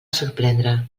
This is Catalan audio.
sorprendre